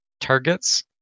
targets